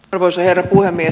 arvoisa herra puhemies